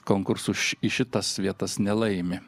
konkursus į šitas vietas nelaimi